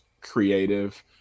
creative